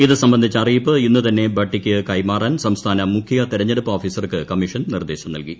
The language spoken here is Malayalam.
ഇത് സംബന്ധിച്ച അറിയിപ്പ് ഇന്ന് തന്നെ ബട്ടിയ്ക്ക് കൈമാറാൻ സംസ്ഥാന മുഖ്യ തെരഞ്ഞെടുപ്പ് ഓഫീസർക്ക് കമ്മീഷൻ നിർദ്ദേശം നൽകി